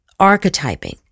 archetyping